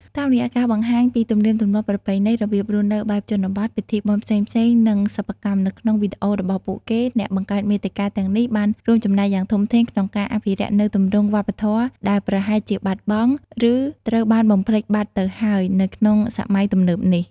តាមរយៈការបង្ហាញពី ទំនៀមទម្លាប់ ប្រពៃណី របៀបរស់នៅបែបជនបទ ពិធីបុណ្យផ្សេងៗ និងសិប្បកម្ម នៅក្នុងវីដេអូរបស់ពួកគេ អ្នកបង្កើតមាតិកាទាំងនេះបានរួមចំណែកយ៉ាងធំធេងក្នុងការ អភិរក្សនូវទម្រង់វប្បធម៌ដែលប្រហែលជាបាត់បង់ ឬត្រូវបានបំភ្លេចបាត់ទៅហើយនៅក្នុងសម័យទំនើបនេះ។